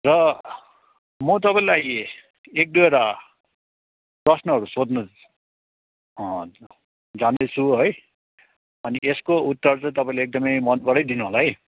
र म तपाईँलाई एक दुईवटा प्रश्नहरू सोध्नु जाँदैछु है अनि यसको उत्तर चाहिँ तपाईँले एकदमै मनबाटै दिनुहोला है